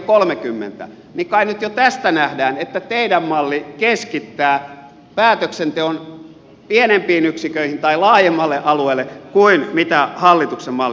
kai nyt jo tästä nähdään että teidän mallinne keskittää päätöksenteon laajemmalle alueelle kuin hallituksen malli